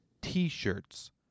T-shirts